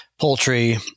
poultry